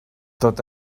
tot